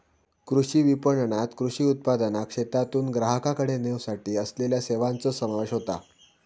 कृषी विपणणात कृषी उत्पादनाक शेतातून ग्राहकाकडे नेवसाठी असलेल्या सेवांचो समावेश होता